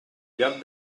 lloc